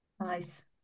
Nice